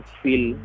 feel